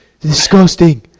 Disgusting